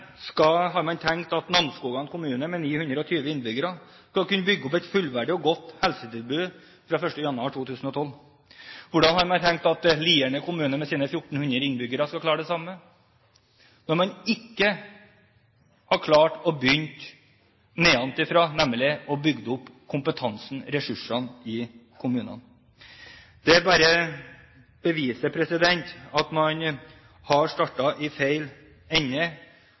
skal kunne bygge opp et fullverdig og godt helsetilbud fra 1. januar 2012, og hvordan man har tenkt at Lierne kommune, med sine 1 400 innbyggere, skal klare det samme, når man ikke har klart å begynne nedenfra, nemlig med å bygge opp kompetansen og ressursene i kommunene. Det bare beviser at man har startet i feil ende,